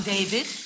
David